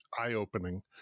eye-opening